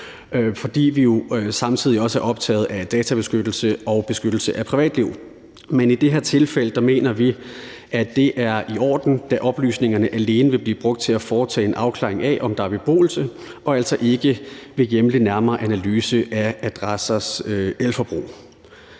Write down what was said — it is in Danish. fordi vi jo samtidig er optaget af databeskyttelse og beskyttelse af privatliv. Men i det her tilfælde mener vi, at det er i orden, da oplysningerne alene vil blive brugt til at foretage en afklaring af, om der er beboelse, og vil altså ikke hjemle nærmere analyse af adressers elforbrug.